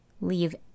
leave